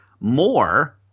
more